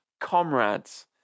comrades